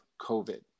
COVID